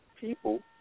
people